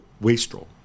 wastrel